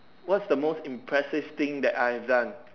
what is the most impressive thing that I have done